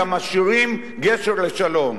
אלא משאירים גשר לשלום.